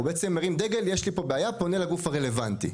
מרים דגל ופונה לגוף הרלוונטי,